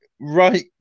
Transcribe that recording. right